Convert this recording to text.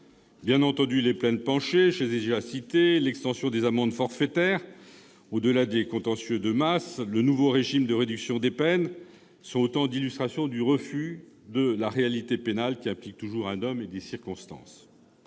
juridique, est écarté. Les peines planchers, l'extension des amendes forfaitaires au-delà des contentieux de masse, le nouveau régime des réductions des peines sont autant d'illustrations du refus de la réalité pénale qui implique toujours un homme et des circonstances.